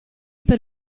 per